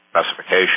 specification